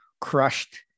crushed